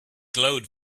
glowed